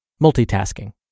multitasking